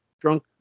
drunk